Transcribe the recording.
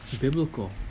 biblical